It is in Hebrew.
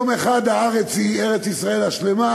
יום אחד הארץ היא ארץ-ישראל השלמה,